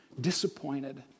disappointed